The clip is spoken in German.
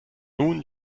nun